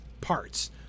parts